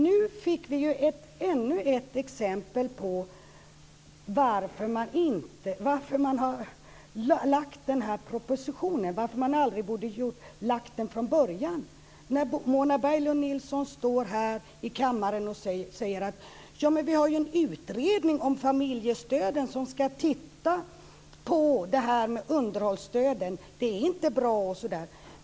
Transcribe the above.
Nu fick vi ännu ett exempel på varför man inte borde ha lagt den här propositionen från början. Mona Berglund Nilsson står här i kammaren och säger att det finns en utredning om familjestöden som ska titta på detta med underhållsstöden och att det inte är bra.